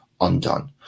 undone